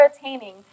attaining